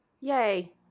Yay